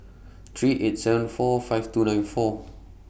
three eight seven four five two nine four